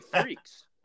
freaks